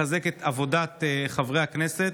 לחזק את עבודת חברי הכנסת.